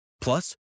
Plus